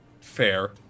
fair